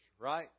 Right